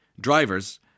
drivers